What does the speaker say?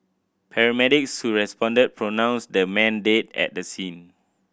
paramedics who responded pronounced the man dead at the scene